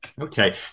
okay